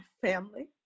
family